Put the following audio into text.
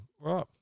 Right